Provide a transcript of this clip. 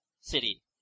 city